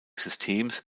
systems